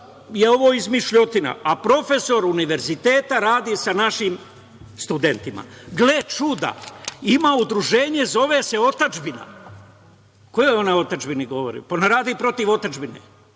je ovo izmišljotina, a profesor univerziteta, radi sa našim studentima. Gle čuda, ima udruženje, zove se „Otadžbina“. O kojoj ona otadžbini govori? Ona radi protiv otadžbine,